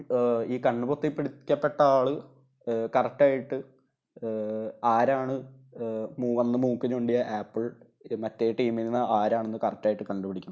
ഈ കണ്ണുപൊത്തി പിടിക്കപ്പെട്ട ആള് കറക്റ്റായിട്ട് ആരാണ് വന്ന് മൂക്കുനോണ്ടിയ ആപ്പിൾ മറ്റേ ടീമില്നിന്ന് ആരാണെന്ന് കറക്റ്റായിട്ട് കണ്ടുപിടിക്കും